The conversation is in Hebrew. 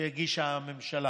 שהגישה הממשלה.